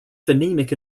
phonemic